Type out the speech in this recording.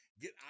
get